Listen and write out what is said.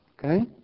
Okay